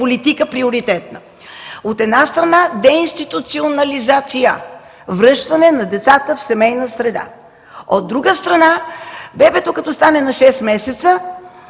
политика е приоритетна политика. От една страна, деинституционализация – връщане на децата в семейна среда. От друга страна, когато бебето стане на шест месеца,